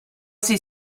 sie